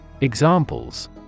Examples